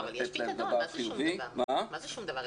מה זה "שום דבר"?